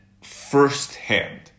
firsthand